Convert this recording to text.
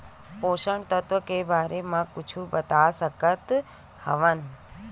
पोषक तत्व के बारे मा कुछु बता सकत हवय?